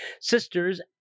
sisters